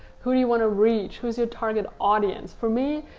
who do you want to reach? who's your target audience? for me,